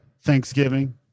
Thanksgiving